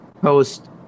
post